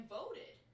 voted